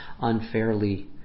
unfairly